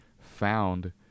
found